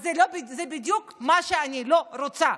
אז זה בדיוק מה שאני לא רוצה.